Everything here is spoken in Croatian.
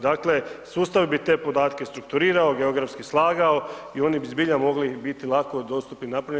Dakle, sustav bi te podatke strukturirao, geografski slagao i oni bi zbilja mogli biti lako dostupni napravljeni.